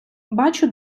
бачу